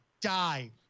die